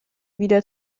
wieder